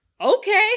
okay